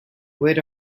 wait